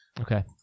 Okay